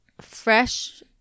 fresh